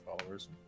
followers